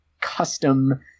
custom